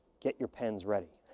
get your pens ready.